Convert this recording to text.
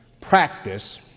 practice